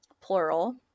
plural